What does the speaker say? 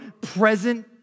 present